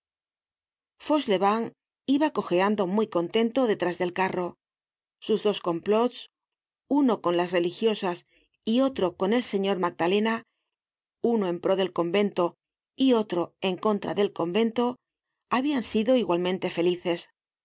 principio fauchelevent iba cojeando muy contento detrás del carro sus dos complots uno con las religiosas y otro con el señor magdalena uno en pro del convento y otro en contra del convento habian sido igualmente felices